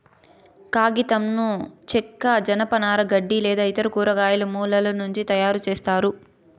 కాగితంను చెక్క, జనపనార, గడ్డి లేదా ఇతర కూరగాయల మూలాల నుంచి తయారుచేస్తారు